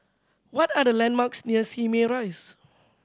what are the landmarks near Simei Rise